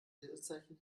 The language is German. lesezeichen